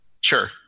Sure